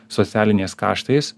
socialinės kaštais